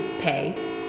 pay